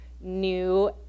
new